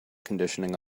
conditioning